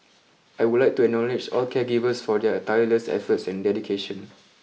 I would like to acknowledge all caregivers for their tireless efforts and dedication